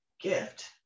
gift